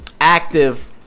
active